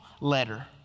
letter